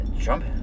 Trump